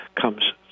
comes